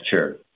Sure